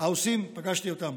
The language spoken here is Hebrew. פגשתי אותם,